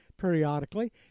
periodically